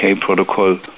protocol